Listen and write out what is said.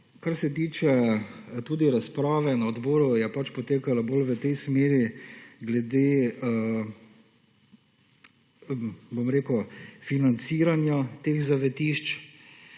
Kar se tiče tudi razprave na odboru je pač potekala bolj v tej smeri glede, bom rekel, financiranja teh zavetišč